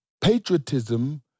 Patriotism